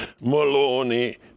Maloney